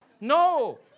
No